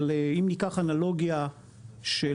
אבל אם ניקח אנלוגיה של,